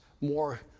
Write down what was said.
more